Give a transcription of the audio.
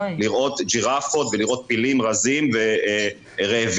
לראות ג'ירפות ולראות פילים רזים ורעבים.